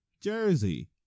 Jersey